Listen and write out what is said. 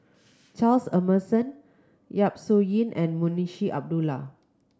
Charles Emmerson Yap Su Yin and Munshi Abdullah